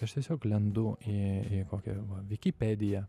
aš tiesiog lendu į kokią vikipediją